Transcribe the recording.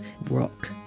rock